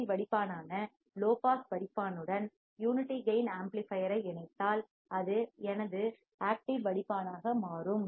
C வடிப்பானான low pass வடிப்பானுடன் unity gain amplifier ஐ இணைத்தால் அது எனது ஆக்டிவ் வடிப்பானாக மாறும்